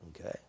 Okay